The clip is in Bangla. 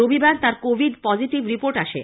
রবিবার তার কোভিড পজিটিভ রিপোর্ট আসে